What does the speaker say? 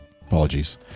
Apologies